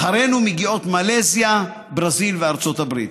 אחרינו מגיעות מלזיה, ברזיל וארצות הברית.